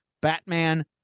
Batman